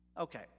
Okay